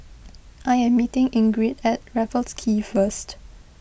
I am meeting Ingrid at Raffles Quay first